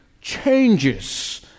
changes